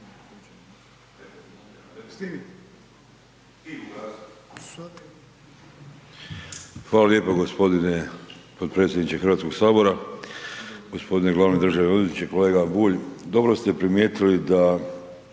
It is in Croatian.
Hvala lijepo g. potpredsjedniče Hrvatskog sabora, g. glavni državni odvjetniče, kolega Bulj. Dobro ste primijetili da